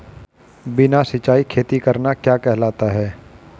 बिना सिंचाई खेती करना क्या कहलाता है?